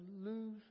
lose